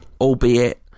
albeit